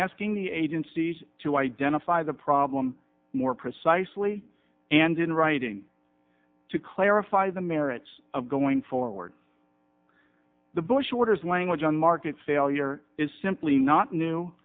asking the agencies to identify the problem more precisely and in writing to clarify the merits of going forward the bush orders language on market failure is simply not new